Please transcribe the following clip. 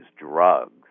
drugs